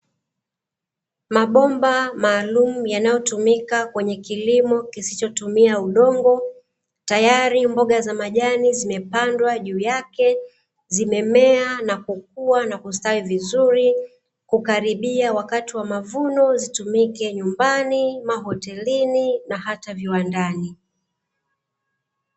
Mabomba maalumu yanayotumika kwenye kilimo kisichotumia udongo, tayari mboga za majani zimepandwa juu yake, zimemea na kukua na kustawi vizuri, kukaribia wakati wa mavuno, zitumike nyumbani, mahotelini na hata viwandani.